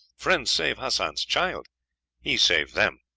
friends save hassan's child he save them.